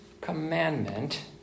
commandment